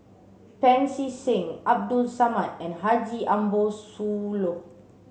Pancy Seng Abdul Samad and Haji Ambo Sooloh